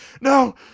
no